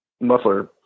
muffler